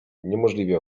niemożliwie